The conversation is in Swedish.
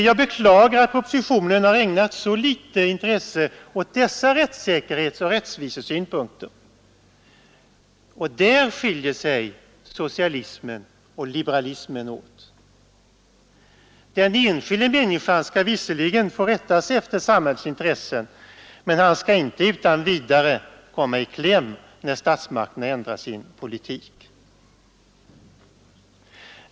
Jag beklagar att propositionen har ägnat så litet intresse åt dessa rättssäkerhetsoch rättvisesynpunkter. Där skiljer sig socialismen och liberalismen åt. Den enskilda människan skall visserligen få rätta sig efter samhällets intressen, men han skall inte utan vidare komma i kläm när statsmakterna ändrar sin politik.